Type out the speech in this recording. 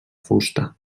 fusta